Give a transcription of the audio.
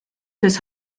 des